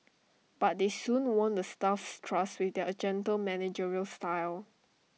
but they soon won the staff's trust with their gentle managerial style